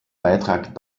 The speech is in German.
beitrag